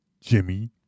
Jimmy